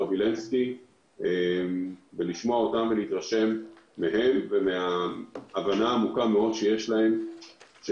וילנסקי ולהתרשם מהם ומההבנה העמוקה מאוד שיש להם לגבי זה